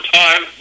time